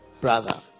brother